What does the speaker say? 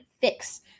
fix